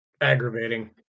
Aggravating